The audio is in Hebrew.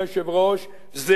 זהירים מאוד.